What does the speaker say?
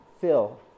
fill